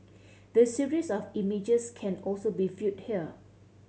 the series of images can also be viewed here